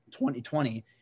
2020